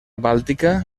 bàltica